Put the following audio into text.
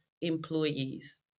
employees